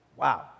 Wow